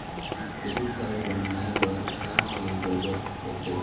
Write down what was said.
Credit card बनवाए बर का के जरूरत होते?